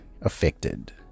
affected